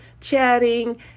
chatting